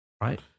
Right